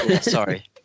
sorry